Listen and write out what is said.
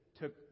took